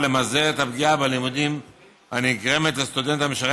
למזער את הפגיעה בלימודים הנגרמת לסטודנט המשרת